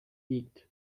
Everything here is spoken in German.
wiegt